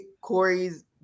Corey's